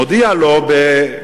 מודיע לו במסיבה,